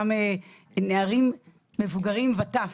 גם נערים מבוגרים וטף,